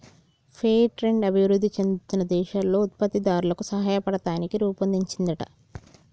fair trade అభివృధి చెందుతున్న దేశాల్లో ఉత్పత్తి దారులకు సాయపడతానికి రుపొన్దించిందంట